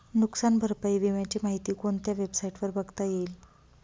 नुकसान भरपाई विम्याची माहिती कोणत्या वेबसाईटवर बघता येईल?